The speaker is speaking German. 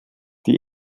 die